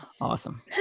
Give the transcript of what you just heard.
Awesome